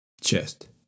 chest